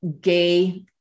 gay